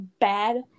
bad